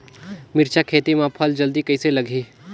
मिरचा खेती मां फल जल्दी कइसे लगही?